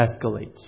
escalates